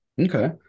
Okay